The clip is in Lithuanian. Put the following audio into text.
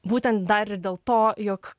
būtent dar ir dėl to jog